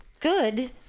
good